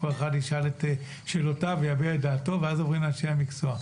כל אחד ישאל את שאלותיו ויביע את דעתו ואז עוברים לאנשי המקצוע.